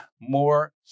more